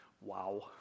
wow